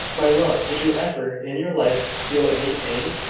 my love, did you ever in your life feel any pain?